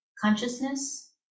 consciousness